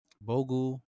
Bogu